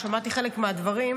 שמעתי חלק מהדברים,